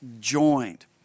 joined